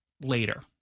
later